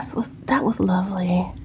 well, that was lovely.